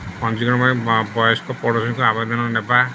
ପଞ୍ଜୀକରଣ ପାଇଁ ବୟସ୍କ ପଡ଼ୋଶୀଙ୍କ ଆବେଦନ ନେବା